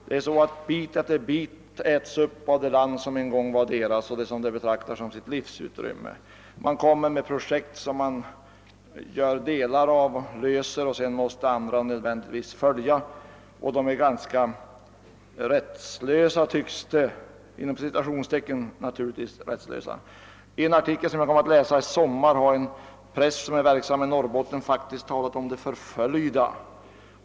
Det är så att bit efter bit ätes upp av det land som en gång var samernas och som de betraktade som sitt livsutrymme. Det föreslås projekt som man genomför delar av, och sedan måste andra projekt nödvändigtvis följa. Samerna är i sådana fall ganska »rättslösa», tycks det. I en artikel som jag läste i somras har en präst, verksam i Norrbotten, t.o.m. talat om »de förföljda».